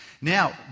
Now